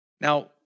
Now